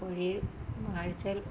കോഴിയെ ആഴ്ചയിൽ